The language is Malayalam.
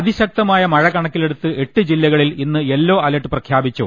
അതിശക്തമായ മഴ കണക്കിലെ ടുത്ത് എട്ട് ജില്ലകളിൽ ഇന്ന് യെല്ലോ അലർട്ട് പ്രഖ്യാപി ച്ചു